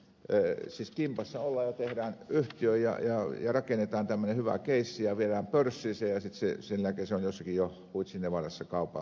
siis kimpassa ollaan ja tehdään yhtiö ja rakennetaan tämmöinen hyvä keissi ja viedään pörssiin se ja sitten sen jälkeen se on jossakin jo huitsin nevadassa kaupattu